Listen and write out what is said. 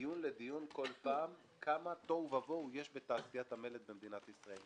מדיון לדיון בכל פעם כמה תוהו ובוהו יש בתעשיית המלט במדינת ישראל.